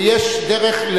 ויש דרך,